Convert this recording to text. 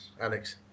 Alex